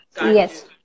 Yes